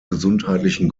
gesundheitlichen